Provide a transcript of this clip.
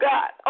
God